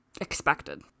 expected